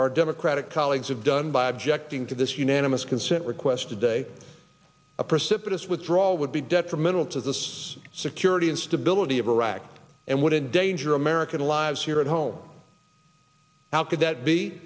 our democratic colleagues have done by objecting to this unanimous consent request today a precipitous withdrawal would be detrimental to this security and stability of iraq and would endanger american lives here at home how could that be